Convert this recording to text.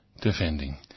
defending